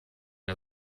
der